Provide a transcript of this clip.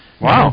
Wow